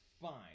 fine